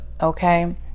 okay